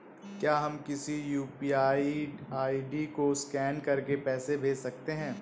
क्या हम किसी यू.पी.आई आई.डी को स्कैन करके पैसे भेज सकते हैं?